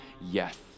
yes